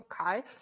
Okay